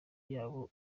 yabo